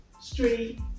Street